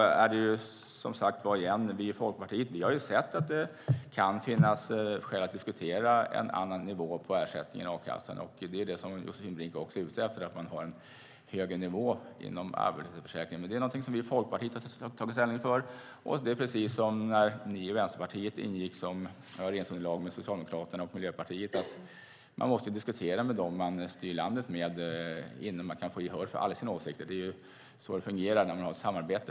Vi i Folkpartiet har sett att det kan finnas skäl att diskutera en annan nivå på ersättningen i a-kassan, och det är det som Josefin Brink är ute efter, nämligen att man vill ha en högre nivå inom arbetslöshetsförsäkringen. Det är någonting som vi i Folkpartiet har tagit ställning för, men det är precis som när ni i Vänsterpartiet tillsammans med Miljöpartiet stödde den socialdemokratiska regeringen att man måste diskutera med dem man styr landet med innan man kan få gehör för alla sina åsikter. Det är så det fungerar när man har ett samarbete.